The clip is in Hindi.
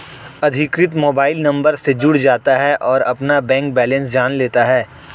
अधिकृत मोबाइल नंबर से जुड़ जाता है और अपना बैंक बेलेंस जान लेता है